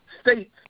states